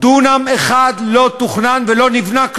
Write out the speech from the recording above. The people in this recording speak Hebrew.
דונם אחד לא תוכנן ולא נבנה,